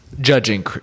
Judging